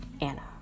Anna